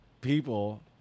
people